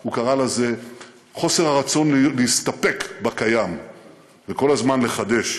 הוא קרא לזה חוסר הרצון להסתפק בקיים וכל הזמן לחדש.